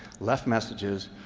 left messages,